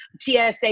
TSA